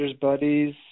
Buddies